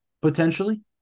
potentially